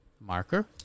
marker